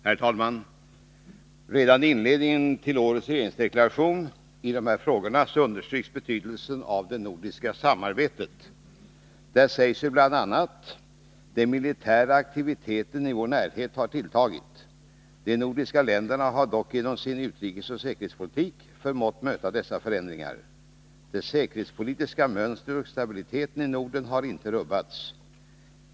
Herr talman! Redan i inledningen till årets regeringsdeklaration i de utrikespolitiska frågorna understryks betydelsen av det nordiska samarbetet. Där sägs bl.a.: ”Den militära aktiviteten i vår närhet har tilltagit. De nordiska länderna har dock genom sin utrikesoch säkerhetspolitik förmått möta dessa förändringar. Det säkerhetspolitiska mönstret och stabiliteten i Norden har inte rubbats.